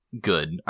good